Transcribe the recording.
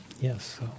Yes